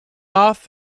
off